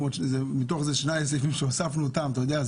ומתוך זה שני סעיפים שהוספנו אתה יודע,